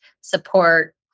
support